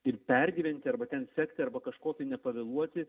ir pergyventi arba ten sekti arba kažko tai nepavėluoti